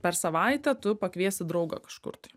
per savaitę tu pakviesi draugą kažkur tai